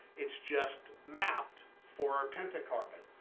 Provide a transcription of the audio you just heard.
it's just mapped for our penta-carbon.